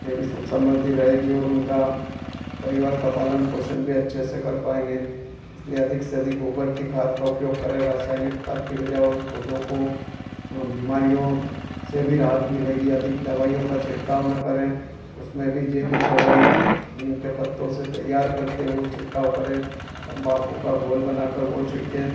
में भी सुख समृद्धि रहेगी और उनका परिवार का पालन पोषन भी अच्छे से कर पाएंगे इसलिए अधिक से अधिक गोबर की खाद का उपयोग करें रासायनिक खाद की बजाय और पौधों को बीमारियों से भी राहत मिलेगी अधिक दवाइयों का छिड़काव ना करें उसमें भी जैविक दवाई नीम के पत्तों से तैयार करके वह छिड़काव करें तंबाकू का घोल बनाकर वह छिड़कें